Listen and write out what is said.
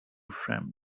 from